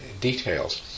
details